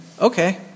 okay